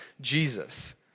Jesus